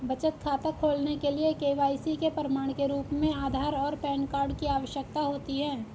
बचत खाता खोलने के लिए के.वाई.सी के प्रमाण के रूप में आधार और पैन कार्ड की आवश्यकता होती है